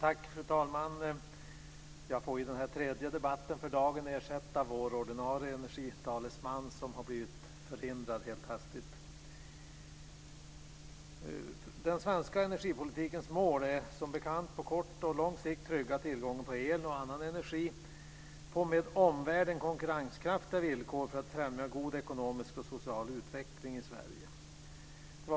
Fru talman! Jag får i den tredje debatten för dagen ersätta vår ordinarie energitalesman som helt hastigt har blivit förhindrad. Den svenska energipolitikens mål är som bekant att på kort sikt trygga tillgången på el och annan energi på med omvärlden konkurrenskraftiga villkor för att främja en god ekonomisk och social utveckling i Sverige.